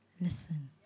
listen